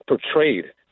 portrayed